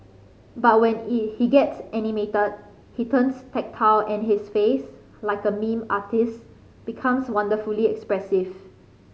but when he gets animated he turns tactile and his face like a artist's becomes wonderfully expressive